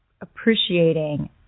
appreciating